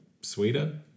sweeter